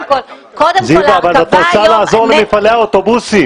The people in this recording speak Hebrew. אבל את רוצה לעזור למפעלי האוטובוסים.